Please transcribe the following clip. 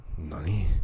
No